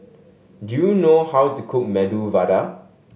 do you know how to cook Medu Vada